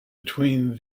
between